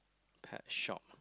pet shop